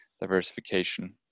diversification